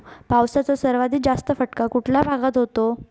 पावसाचा सर्वाधिक जास्त फटका कुठल्या भागात होतो?